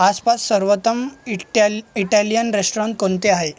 आसपास सर्वोत्तम इटॅल इटॅलियन रेस्टॉरंट कोणते आहे